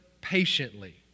patiently